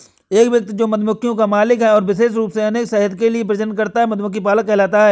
एक व्यक्ति जो मधुमक्खियों का मालिक है और विशेष रूप से उनके शहद के लिए प्रजनन करता है, मधुमक्खी पालक कहलाता है